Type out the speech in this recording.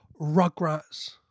Rugrats